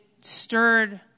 stirred